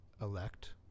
elect